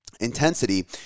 Intensity